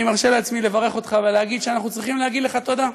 אני מרשה לעצמי לברך אותך ולהגיד שאנחנו צריכים להגיד לך תודה.